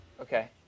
Okay